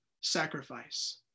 sacrifice